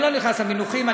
אני לא נכנס למינוחים,